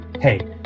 Hey